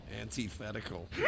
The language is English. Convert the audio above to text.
Antithetical